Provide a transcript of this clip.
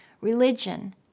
religion